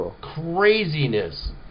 craziness